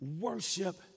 worship